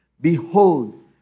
Behold